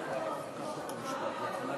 ההצעה להעביר את הצעת חוק ההוצאה לפועל (תיקון מס' 53) (ערר על